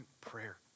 prayer